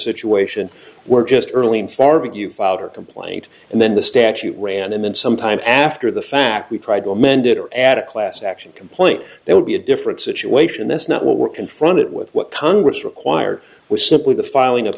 situation were just early informant you filed a complaint and then the statute ran and then some time after the fact we tried to amend it or add a class action complaint that would be a different situation that's not what we're confronted with what congress required was simply the filing of